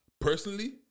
personally